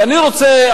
ואני רוצה,